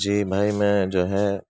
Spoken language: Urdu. جی مئی میں جو ہے